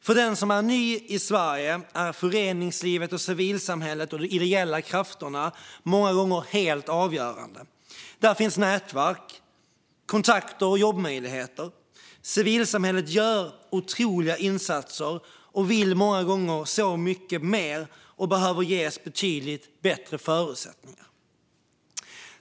För den som är ny i Sverige är föreningslivet, civilsamhället och de ideella krafterna många gånger helt avgörande. Där finns nätverk, kontakter och jobbmöjligheter. Civilsamhället gör otroliga insatser och vill många gånger mycket mer. Det behöver ges betydligt bättre förutsättningar.